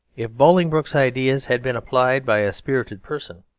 if bolingbroke's ideas had been applied by a spirited person,